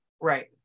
Right